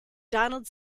donald